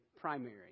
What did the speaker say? primary